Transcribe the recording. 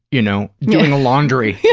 you know, doing the laundry yeah